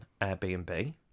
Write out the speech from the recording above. Airbnb